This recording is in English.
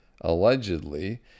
allegedly